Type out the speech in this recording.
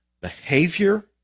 behavior